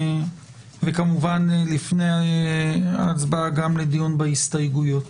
וכמובן לפני ההצבעה גם לדיון בהסתייגויות.